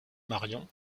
marion